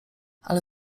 ale